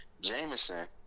Jameson